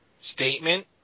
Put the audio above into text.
statement